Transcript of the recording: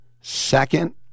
second